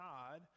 God